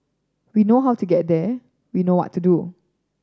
we know how to get there we know what to do